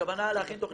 הכוונה להכין תכנית,